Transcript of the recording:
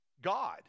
God